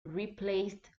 replaced